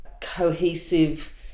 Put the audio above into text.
cohesive